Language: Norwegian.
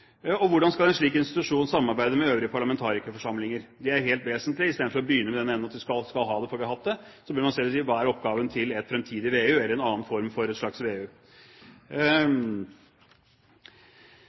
Hvordan skal en slik institusjon samarbeide med øvrige parlamentarikerforsamlinger? Det er helt vesentlig. I stedet for å begynne i den enden at man skal ha det fordi vi har hatt det, bør en se på hva som er oppgaven til et fremtidig VEU, eller en annen form for et slags